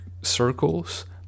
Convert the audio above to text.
circles